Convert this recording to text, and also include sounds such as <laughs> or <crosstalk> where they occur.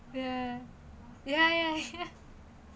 ya ya ya ya <laughs>